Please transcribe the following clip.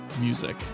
music